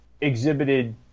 exhibited